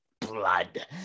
blood